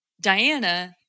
Diana